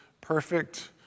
perfect